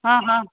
हा हा